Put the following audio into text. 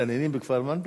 מסתננים בכפר-מנדא?